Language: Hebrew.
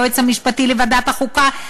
היועץ המשפטי לוועדת החוקה,